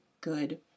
good